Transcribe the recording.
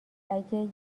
اگه